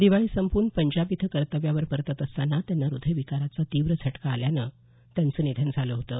दिवाळी संपवून पंजाब इथं कर्तव्यावर परतत असतांना त्यांना हृदयविकाराचा तीव्र झटका आल्यानं त्यांचं निधन झालं होतं